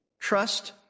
Trust